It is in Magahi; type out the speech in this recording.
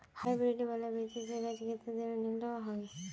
हाईब्रीड वाला बिच्ची से गाछ कते दिनोत निकलो होबे?